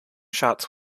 shots